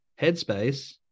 headspace